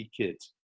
kids